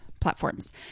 platforms